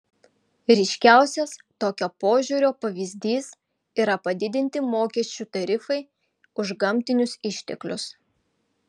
ryškiausias tokio požiūrio pavyzdys yra padidinti mokesčių tarifai už gamtinius išteklius